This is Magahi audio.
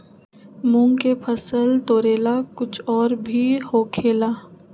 मूंग के फसल तोरेला कुछ और भी होखेला?